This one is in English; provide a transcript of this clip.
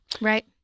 right